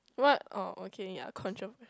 what orh okay yah contraband